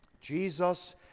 Jesus